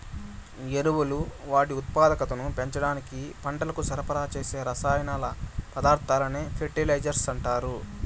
ఎరువులు వాటి ఉత్పాదకతను పెంచడానికి పంటలకు సరఫరా చేసే రసాయన పదార్థాలనే ఫెర్టిలైజర్స్ అంటారు